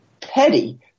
petty